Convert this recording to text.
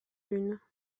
lune